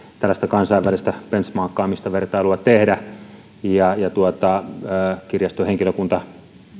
tällaista kansainvälistä benchmarkkaamista vertailua tehdä kirjastohenkilökunta